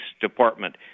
Department